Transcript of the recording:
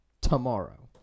tomorrow